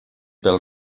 pel